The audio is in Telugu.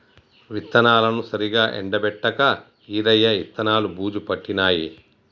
విత్తనాలను సరిగా ఎండపెట్టక ఈరయ్య విత్తనాలు బూజు పట్టినాయి